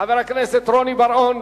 חבר הכנסת רוני בר-און,